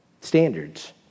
standards